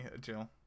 Jill